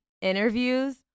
interviews